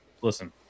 listen